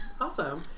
Awesome